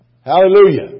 Hallelujah